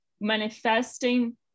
manifesting